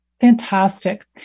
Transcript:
Fantastic